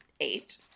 eight